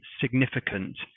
significant